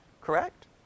correct